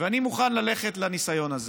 ואני מוכן ללכת לניסיון הזה.